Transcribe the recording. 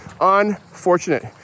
Unfortunate